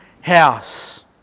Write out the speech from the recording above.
house